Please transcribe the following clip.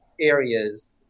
areas